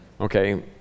Okay